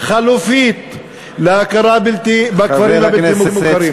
חלופית להכרה בכפרים הבלתי-מוכרים.